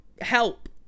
help